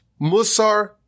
Musar